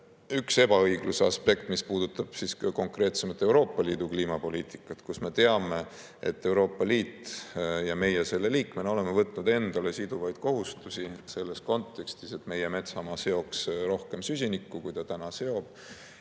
üks ebaõigluse aspekt, mis puudutab konkreetsemalt Euroopa Liidu kliimapoliitikat. Me teame, et Euroopa Liit on võtnud ja meie selle liikmena oleme võtnud endale siduvaid kohustusi selles kontekstis, et meie metsamaa seoks rohkem süsinikku, kui ta [praegu] seob.